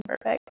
Perfect